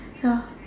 ya